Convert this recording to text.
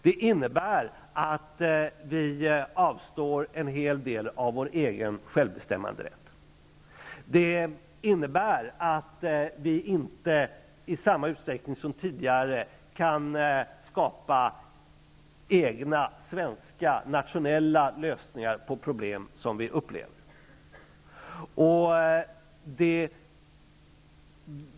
Det innebär att vi avstår en hel del av vår egen självbestämmanderätt. Det innebär att vi inte i samma usträckning som tidigare kan skapa egna svenska nationella lösningar på problem som vi upplever.